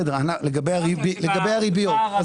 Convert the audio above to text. בנושא הריביות,